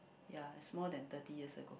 ya it's more than thirty years ago